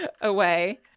away